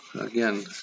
again